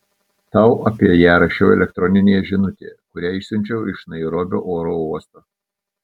tau apie ją rašiau elektroninėje žinutėje kurią išsiunčiau iš nairobio oro uosto